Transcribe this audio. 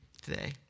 today